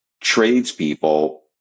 tradespeople